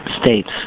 States